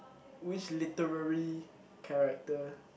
which literary character